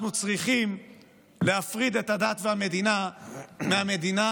צריכים להפריד את הדת והמדינה מהמדינה,